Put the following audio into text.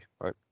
right